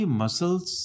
muscles